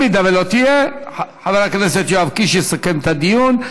אם לא תהיה, חבר הכנסת יואב קיש יסכם את הדיון.